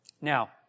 Now